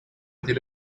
till